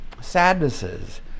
sadnesses